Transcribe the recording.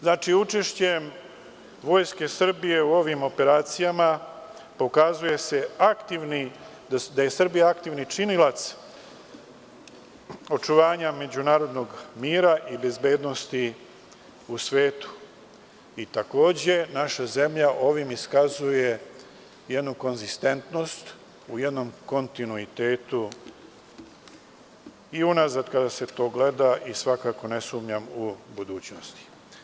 Znači, učešćem Vojske Srbije u ovim operacijama pokazuje se da je Srbija aktivni činilac očuvanja međunarodnog mira i bezbednosti u svetu, i takođe, naša zemlja ovim iskazuje jednu konzistentnost u jednom kontinuitetu i unazad kada se to gleda i svakako ne sumnjam u budućnosti.